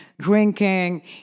drinking